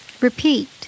repeat